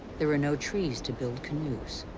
there were no trees to build canoes.